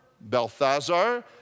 Balthazar